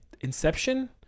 inception